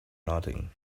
nothing